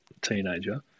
teenager